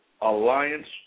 alliance